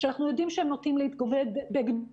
שאנחנו יודעים שהם נוטים להתגודד בגדודים,